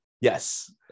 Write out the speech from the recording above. yes